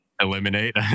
eliminate